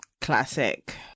Classic